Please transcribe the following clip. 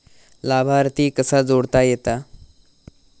लाभार्थी कसा जोडता येता?